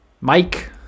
Mike